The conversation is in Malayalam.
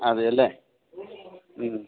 അതേ അല്ലേ മ്മ്